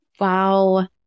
Wow